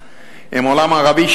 עם העולם הערבי,